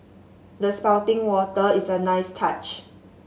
the spouting water is a nice touch